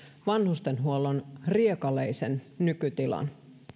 vanhustenhuollon riekaleisen nykytilan